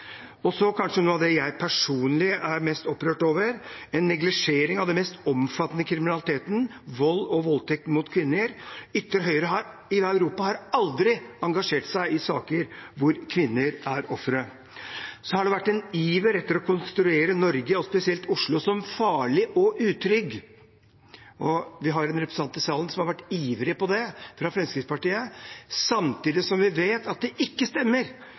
Og så kanskje noe av det jeg personlig er mest opprørt over: en neglisjering av den mest omfattende kriminaliteten, vold mot og voldtekt av kvinner. Ytre høyre i Europa har aldri engasjert seg i saker hvor kvinner er ofre. Så har det vært en iver etter å konstruere Norge, og spesielt Oslo, som farlig og utrygg. Vi har en representant fra Fremskrittspartiet i salen som har vært ivrig på det. Samtidig som vi vet at det ikke stemmer,